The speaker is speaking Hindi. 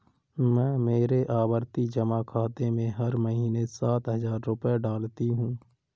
मैं मेरे आवर्ती जमा खाते में हर महीने सात हजार रुपए डालती हूँ